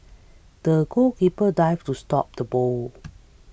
the goalkeeper dived to stop the ball